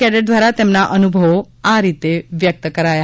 cadet દ્વારા તેમના અનુભવો આ રીતે વ્યક્ત કરાયા